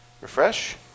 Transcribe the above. Refresh